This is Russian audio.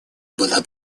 была